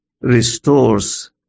restores